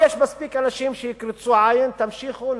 יש מספיק אנשים שיקרצו עין: תמשיכו,